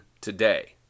today